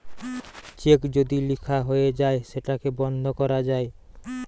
check যদি লিখা হয়ে যায় সেটাকে বন্ধ করা যায়